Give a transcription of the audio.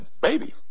baby